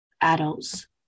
adults